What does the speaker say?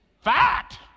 Fact